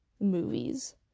movies